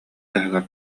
таһыгар